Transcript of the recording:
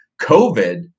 COVID